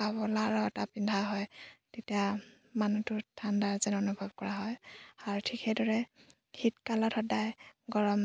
পিন্ধা হয় তেতিয়া মানুহটোৰ ঠাণ্ডা যেন অনুভৱ কৰা হয় আৰু ঠিক সেইদৰে শীতকালত সদায় গৰম